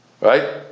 Right